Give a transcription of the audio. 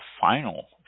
final